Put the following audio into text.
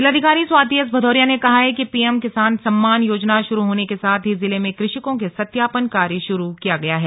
जिलाधिकारी स्वाति एस भदौरिया ने कहा कि पीएम किसान सम्मान योजना शुरू होने के साथ ही जिले में कृषकों के सत्यापन कार्य शुरू किया गया है